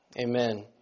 Amen